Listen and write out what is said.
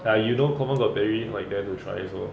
ya you don't confirm got barry like there to try also